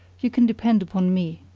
you can depend upon me.